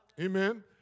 Amen